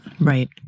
right